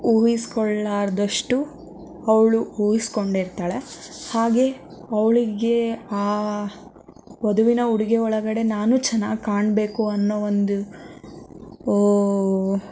ಊಹಿಸ್ಕೊಳ್ಳಾರ್ದಷ್ಟು ಅವಳು ಊಹಿಸ್ಕೊಂಡಿರ್ತಾಳೆ ಹಾಗೆ ಅವಳಿಗೆ ಆ ವಧುವಿನ ಉಡುಗೆಯೊಳಗಡೆ ನಾನು ಚೆನ್ನಾಗಿ ಕಾಣಬೇಕು ಅನ್ನೋ ಒಂದು